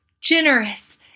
generous